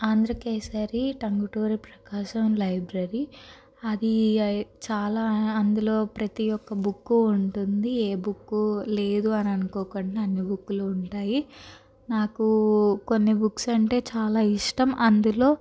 Andhrakesari Tanguturi Prakasam library అది చాలా అందులో ప్రతి ఒక్క బుక్కు ఉంటుంది ఏ బుక్కు లేదు అని అనుకోకుండా అన్ని బుక్లు ఉంటాయి నాకు కొన్ని బుక్స్ అంటే చాలా ఇష్టం అందులో